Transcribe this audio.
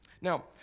Now